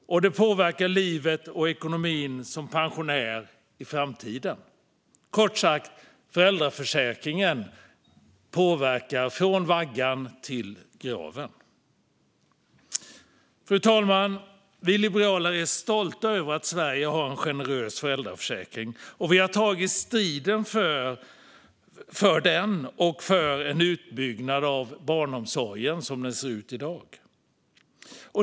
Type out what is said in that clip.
Det påverkar livet och ekonomin som pensionär i framtiden. Kort sagt påverkar föräldraförsäkringen från vaggan till graven. Fru talman! Vi liberaler är stolta över att Sverige har en generös föräldraförsäkring. Vi har tagit strid för den och för en utbyggnad av barnomsorgen som den ser ut i dag.